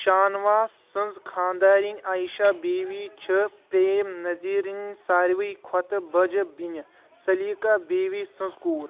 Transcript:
شانواس سٕنٛز خانٛدارنۍ عایشہ بیوی چھےٚ پریم نذیرٕنۍ ساروِی کھۄتہٕ بٔجہِ بیٚنہِ سلیقہ بیوی سٕنٛز کوٗر